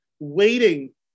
waiting